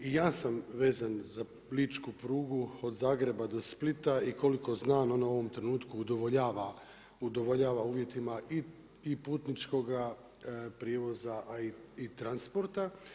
I ja sam vezan za ličku prugu od Zagreba do Splita i koliko znam ona u ovom trenutku udovoljava uvjetima i putničkoga prijevoza, a i transporta.